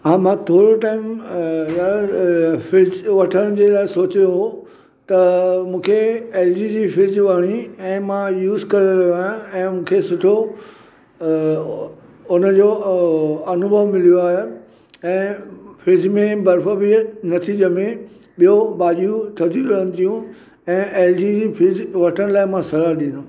हा मां थोरे टाइम अ लाइ फ्रिज वठण जे लाइ सोचियो हो त मूंखे एल जी जी फ्रिज वणी ऐं मां य़ूस करे रहियो आहियां ऐं मूंखे सुठो अ अ उनजो अनुभव मिलियो आहे ऐं फ्रिज में बर्फ़ बि नथी ॼमें ॿियो भाॼियूं थधी रहंदियूं ऐं एल जी जी फ्रिज वठणु लाइ मां सलाह ॾींदुमि